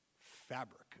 fabric